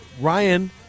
Ryan